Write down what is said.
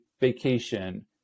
vacation